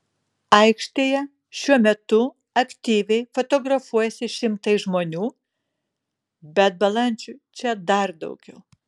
aikštėje šiuo metu aktyviai fotografuojasi šimtai žmonių bet balandžių čia dar daugiau